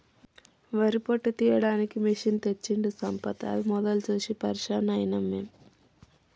వరి పొట్టు తీయడానికి మెషిన్ తెచ్చిండు సంపత్ అది మొదలు చూసి పరేషాన్ అయినం మేము